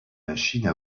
machines